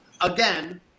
Again